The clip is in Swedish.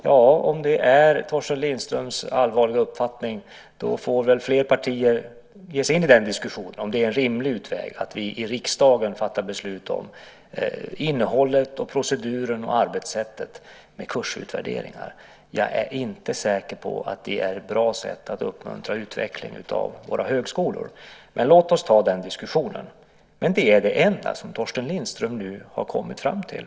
Ja, om det är Torsten Lindströms allvarliga uppfattning, får väl fler partier ge sig in i diskussionen om det är en rimlig utväg att vi i riksdagen fattar beslut om innehållet, proceduren och arbetssättet när det gäller kursutvärderingar, men jag är inte säker på att det är ett bra sätt att uppmuntra utvecklingen av våra högskolor. Låt oss ta den diskussionen. Men det är det enda som Torsten Lindström nu har kommit fram till.